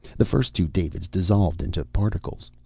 the first two davids dissolved into particles.